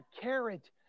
carrot